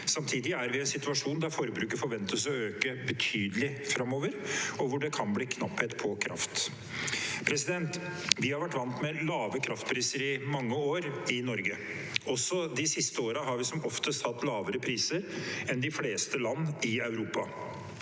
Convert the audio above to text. Samtidig er vi i en situasjon der forbruket forventes å øke betydelig framover, og hvor det kan bli knapphet på kraft. Vi har vært vant med lave kraftpriser i mange år i Norge. Også de siste årene har vi som oftest hatt lavere priser enn de fleste land i Europa,